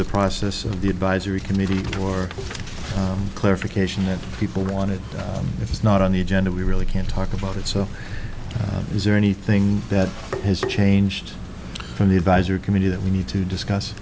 the process of the advisory committee or clarification that people want it if it's not on the agenda we really can't talk about it so is there anything that has changed from the advisory committee that we need to discuss